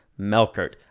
Melkert